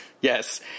Yes